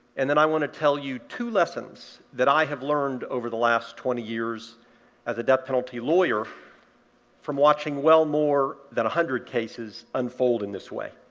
and then i want to tell you two lessons that i have learned over the last twenty years as a death penalty lawyer from watching well more than a hundred cases unfold in this way.